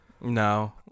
No